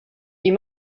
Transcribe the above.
est